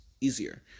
easier